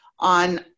on